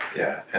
yeah,